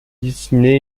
dessiner